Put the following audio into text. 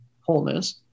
wholeness